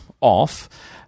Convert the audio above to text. off